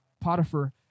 Potiphar